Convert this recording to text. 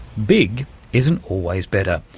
big isn't always better.